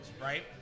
right